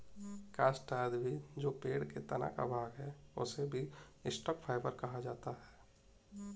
काष्ठ आदि भी जो पेड़ के तना का भाग है, उसे भी स्टॉक फाइवर कहा जाता है